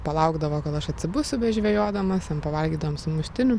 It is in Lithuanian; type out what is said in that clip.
palaukdavo kol aš atsibusiu bežvejodamas ten pavalgydavom sumuštinių